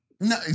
No